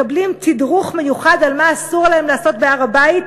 מקבלים תדרוך מיוחד על מה אסור עליהם לעשות בהר-הבית?